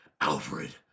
Alfred